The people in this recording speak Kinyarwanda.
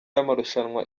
y’amarushanwa